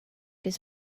his